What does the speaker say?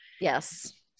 Yes